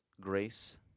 Grace